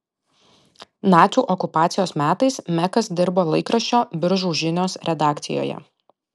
nacių okupacijos metais mekas dirbo laikraščio biržų žinios redakcijoje